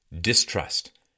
Distrust